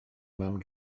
mam